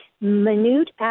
minute